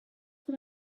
what